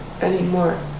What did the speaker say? anymore